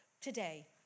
today